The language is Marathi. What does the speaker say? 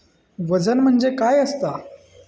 वजन म्हणजे काय असता?